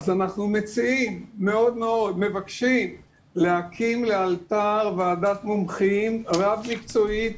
אנחנו מציעים ומאוד מאוד מבקשים להקים לאלתר ועדת מומחים רב-מקצועית,